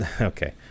okay